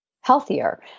healthier